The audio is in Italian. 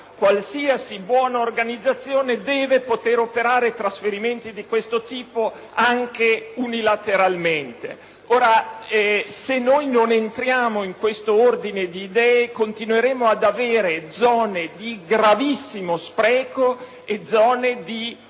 qualsiasi buona organizzazione deve poter operare trasferimenti di questo tipo, anche unilateralmente. Se non entriamo in questo ordine di idee, continueremo ad avere zone di gravissimo spreco e zone di